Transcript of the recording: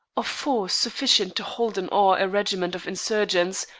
of force sufficient to hold in awe a regiment of insurgents,